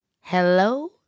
Hello